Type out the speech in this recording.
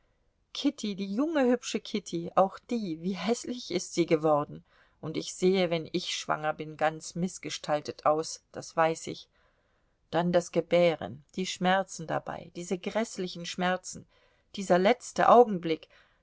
kitty die junge hübsche kitty auch die wie häßlich ist sie geworden und ich sehe wenn ich schwanger bin ganz mißgestaltet aus das weiß ich dann das gebären die schmerzen dabei diese gräßlichen schmerzen dieser letzte augenblick